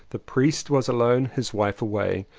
the priest was alone, his wife away.